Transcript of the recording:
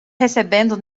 recebendo